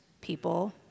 people